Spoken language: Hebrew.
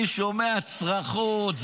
אני שומע צרחות.